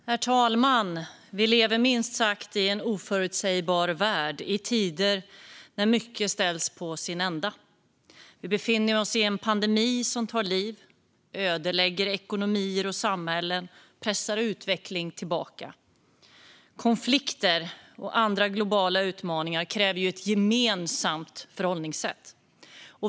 Herr talman! Vi lever i en minst sagt oförutsägbar värld, i tider när mycket ställs på ända. Vi befinner oss i en pandemi som tar liv, ödelägger ekonomier och samhällen och pressar utveckling tillbaka. Konflikter och andra globala utmaningar kräver ett gemensamt förhållningssätt.